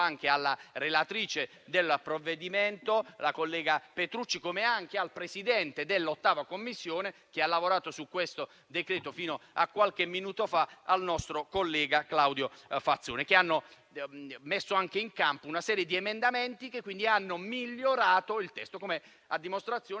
va alla relatrice del provvedimento, la collega Petrucci, come anche al Presidente dell'8a Commissione, che ha lavorato su questo decreto fino a qualche minuto fa, e al nostro collega Claudio Fazzone, che hanno messo in campo una serie di emendamenti che hanno migliorato il testo, a dimostrazione